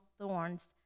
thorns